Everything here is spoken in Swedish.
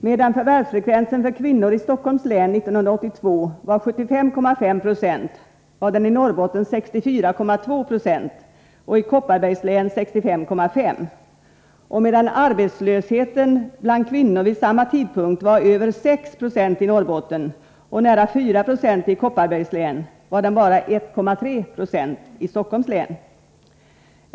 Medan förvärvsfrekvensen för kvinnor i Stockholms län 1982 var 75,5 96 var den i Norrbotten 64,2 70 och i Kopparbergs län 65,5 20, och medan arbetslösheten bland kvinnor vid samma tidpunkt var över 6 96 i Norrbotten och nära 490 i Kopparbergs län var den bara 1,3 20 i Stockholms län.